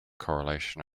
correlation